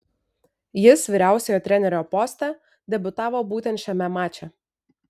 jis vyriausiojo trenerio poste debiutavo būtent šiame mače